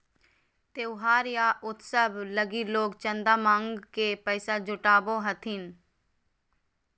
त्योहार या उत्सव लगी लोग चंदा मांग के पैसा जुटावो हथिन